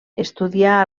estudià